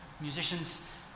musicians